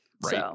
right